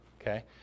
okay